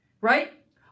Right